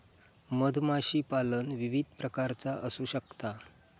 मधमाशीपालन विविध प्रकारचा असू शकता